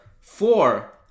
four